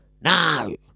No